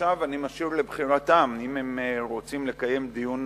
עכשיו אני משאיר לבחירתם אם הם רוצים לקיים דיון